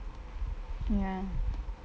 ya